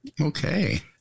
Okay